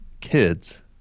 kids